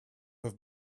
have